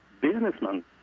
businessman